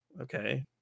Okay